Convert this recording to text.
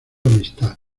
amistad